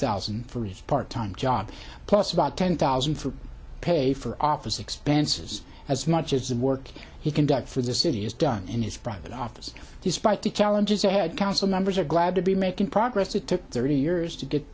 thousand for his part time job plus about ten thousand for pay for office expenses as much as the work he can get for the city is done in his private office despite the challenges ahead council members are glad to be making progress it took thirty years to get